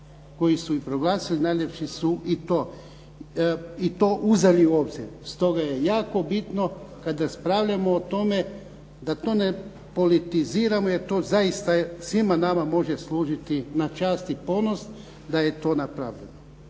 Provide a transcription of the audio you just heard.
koji su ih proglasili najljepši su i to uzeli u obzir. Stoga je jako bitno kad raspravljamo o tome, da to ne politiziramo jer to zaista svima nama može služiti na čast i ponos da je to napravljeno.